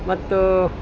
ಮತ್ತು